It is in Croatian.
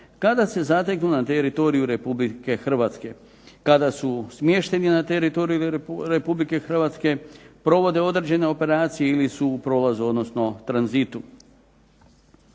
kada se zateknu na teritoriju Republike Hrvatske, kada su smješteni na teritoriju Republike Hrvatske, provode određene operacije ili su u prolazu, odnosno tranzitu.